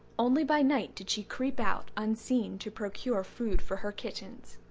only by night did she creep out unseen to procure food for her kittens.